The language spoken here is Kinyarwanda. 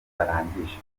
barangije